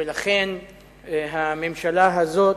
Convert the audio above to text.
ולכן הממשלה הזאת,